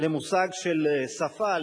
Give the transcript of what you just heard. למושג שפה,